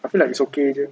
I feel like it's okay jer